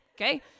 okay